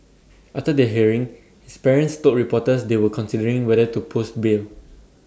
after the hearing his parents told reporters they were considering whether to post bail